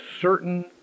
certain